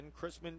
Chrisman